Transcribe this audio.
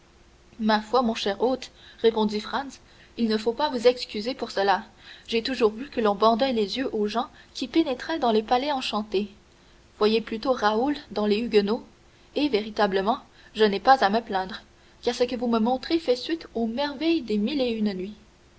ma foi mon cher hôte répondit franz il ne faut pas vous excuser pour cela j'ai toujours vu que l'on bandait les yeux aux gens qui pénétraient dans les palais enchantés voyez plutôt raoul dans les huguenots et véritablement je n'ai pas à me plaindre car ce que vous me montrez fait suite aux merveilles des mille et une nuits